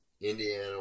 Indiana